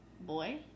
boy